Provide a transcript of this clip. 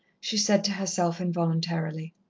she said to herself involuntarily.